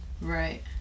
Right